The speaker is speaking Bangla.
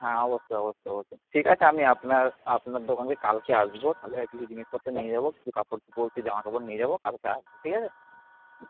হ্যাঁ অবশ্যই অবশ্যই অবশ্যই ঠিক আছে আমি আপনার আপনার দোকানে কালকে আসবো তাহলে কিছু জিনিসপত্র নিয়ে যাবো কিছু কাপড় চোপড় কি জামাকাপড় নিয়ে যাবো কালকে আসবো ঠিক আছে